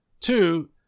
Two